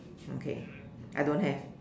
okay I don't have